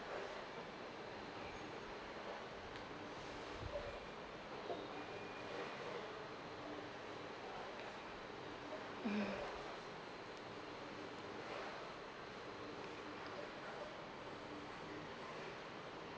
mm